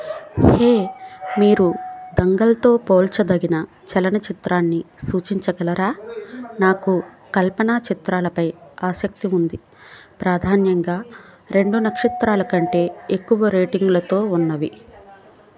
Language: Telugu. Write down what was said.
హే మీరు దంగల్తో పోల్చదగిన చలనచిత్రాన్ని సూచించగలరా నాకు కల్పన చిత్రాలపై ఆసక్తి ఉంది ప్రాధాన్యంగా రెండు నక్షత్రాలకంటే ఎక్కువ రేటింగ్లతో ఉన్నవి